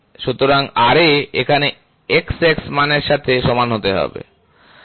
সুতরাং Ra এখানে XX মানের সাথে সমান হতে পারে